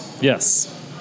Yes